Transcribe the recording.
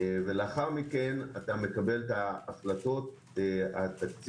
ולאחר מכן אתה מקבל את ההחלטות התקציביות.